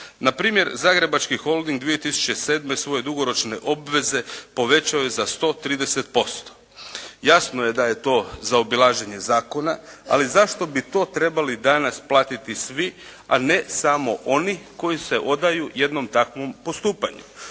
Npr. Zagrebački holding 2007. svoje dugoročne obveze povećao je za 130%. Jasno je da je to zaobilaženje zakona, ali zašto bi to trebali danas platiti svi, a ne samo oni koji se odaju jednom takvom postupanju.